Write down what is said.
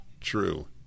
true